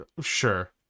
Sure